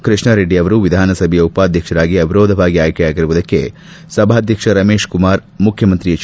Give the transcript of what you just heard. ಕೃಷ್ಣಾರೆಡ್ಡಿಯರವರು ವಿಧಾನಸಭೆಯ ಉಪಾಧ್ಯಕ್ಷರಾಗಿ ಅವಿರೋಧವಾಗಿ ಆಯ್ಕೆಯಾಗಿರುವುದಕ್ಕೆ ಸಭಾಧ್ಯಕ್ಷ ರಮೇಶ್ಕುಮಾರ್ ಮುಖ್ಯಮಂತ್ರಿ ಎಚ್